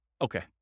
Okay